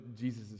Jesus